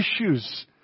issues